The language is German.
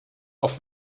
auf